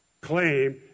claim